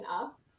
up